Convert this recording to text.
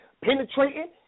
penetrating